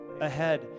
ahead